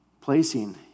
placing